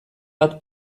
bat